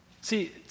See